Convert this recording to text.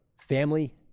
family